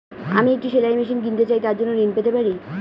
আমি একটি সেলাই মেশিন কিনতে চাই তার জন্য ঋণ পেতে পারি?